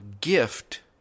gift